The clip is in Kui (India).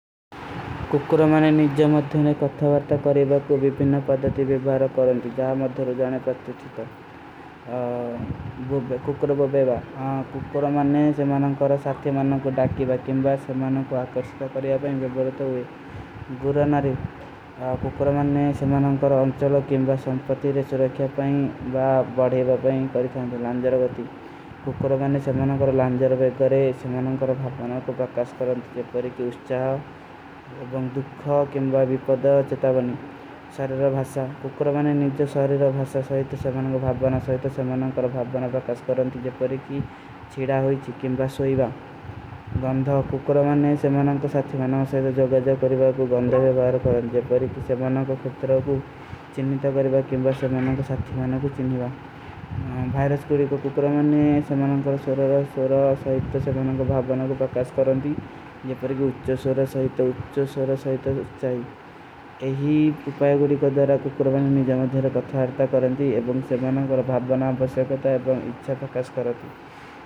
କୁକ୍କୁରମାନେ ନିର୍ଜୋ ମଦ୍ଧେନେ କଥାଵାର୍ଥା କରେଵା କୋ ଵିପିନା ପଦତୀ ଵିଵ୍ଵାର କରନତୀ, ଜାଏ ମଦ୍ଧରୋ ଜାନେ ପତ୍ତୁ ଥିତା। କୁକ୍କୁରମାନନେ ସେମାନଂକର ସାଥେମାନନ କୋ ଡାକିଵା କେମବା ସେମାନନ କୋ ଆକର୍ଷକା କରେଵା ପେଂ ଵିଵ୍ଵାରତ ହୁଏ। କୁକ୍କୁରମାନନେ ସେମାନଂକର ଅଂଚଲୋ କେମବା ସଂପତୀ ରେଚ ରଖ୍ଯା ପାଈଂ ବା ବଢେଵା ପାଈଂ କରିଥାନେ ଲାଂଜରଵତୀ।